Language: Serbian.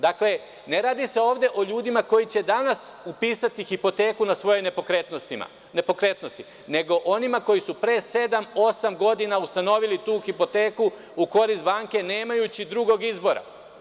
Dakle, ne radi se ovde o ljudima koji će danas upisati hipoteku na svoje nepokretnosti, nego o onima koji su pre sedam-osam godina ustanovili tu hipoteku u korist banke nemajući drugog izbora.